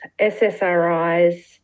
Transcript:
SSRIs